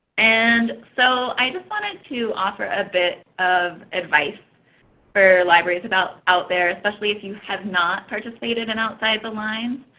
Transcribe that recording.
and so i just wanted to offer a bit of advice for libraries out there, especially if you have not participated in outside the lines.